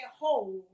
hold